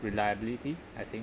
reliability I think